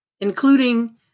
including